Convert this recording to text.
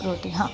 रोटी हा